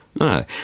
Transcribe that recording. No